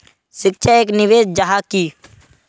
शिक्षा एक निवेश जाहा की?